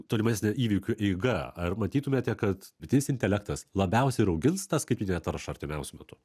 tolimesnė įvykių eiga ar matytumėte kad dirbtinis intelektas labiausiai ir augins tą skaitmeninę taršą artimiausiu metu